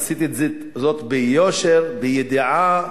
עשיתי זאת ביושר, בידיעה,